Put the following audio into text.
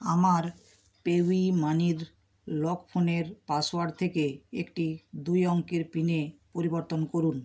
আমার পেইউমানির লক ফোনের পাসওয়ার্ড থেকে একটি দুই অঙ্কের পিনে পরিবর্তন করুন